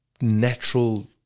natural